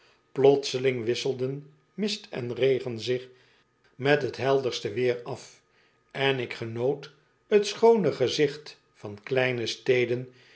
plotseling wisselden mist en regen zich met t helderste weer af en ik genoot t schoone gezicht van kleine steden